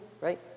right